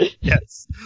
Yes